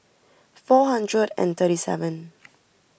four hundred and thirty seven